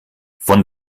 von